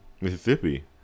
Mississippi